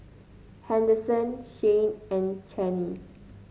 Henderson Shayne and Channie